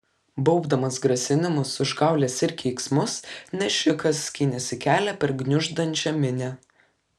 baubdamas grasinimus užgaules ir keiksmus nešikas skynėsi kelią per gniuždančią minią